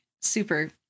super